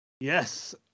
Yes